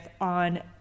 on